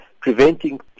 preventing